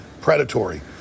predatory